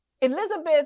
Elizabeth